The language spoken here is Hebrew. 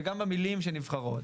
וגם במילים שנבחרות.